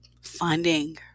finding